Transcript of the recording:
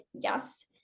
yes